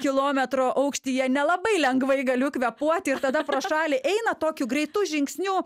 kilometro aukštyje nelabai lengvai galiu kvėpuoti ir tada pro šalį eina tokiu greitu žingsniu